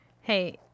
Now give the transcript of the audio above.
Hey